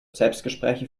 selbstgespräche